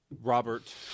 Robert